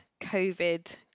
COVID